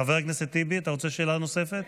חבר הכנסת טיבי, אתה רוצה שאלה נוספת?